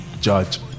judge